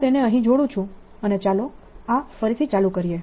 હું તેને અહીં જોડું છું અને ચાલો આ ફરીથી ચાલુ કરીએ